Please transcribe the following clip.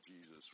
Jesus